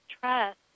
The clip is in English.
trust